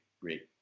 great